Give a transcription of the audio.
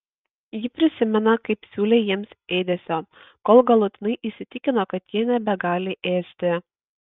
ji prisimena kaip siūlė jiems ėdesio kol galutinai įsitikino kad jie nebegali ėsti